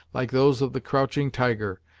like those of the crouching tiger,